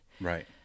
Right